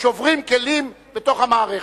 שוברים כלים בתוך המערכת.